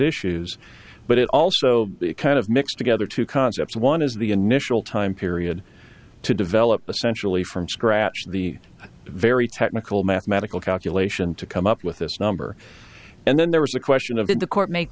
issues but it also kind of mixed together two concepts one is the initial time period to develop a sensually from scratch the very technical mathematical calculation to come up with this number and then there was a question of did the court make